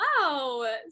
Wow